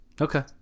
Okay